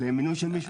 למינוי של מישהו?